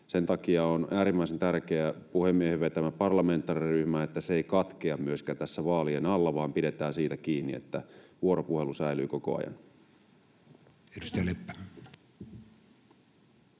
Sen takia on äärimmäisen tärkeää, että myöskään puhemiehen vetämä parlamentaarinen ryhmä ei katkea tässä vaa-lien alla vaan pidetään siitä kiinni, että vuoropuhelu säilyy koko ajan. Edustaja Leppä.